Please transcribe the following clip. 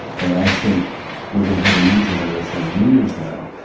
and i think we're going to have a new generation of leaders now.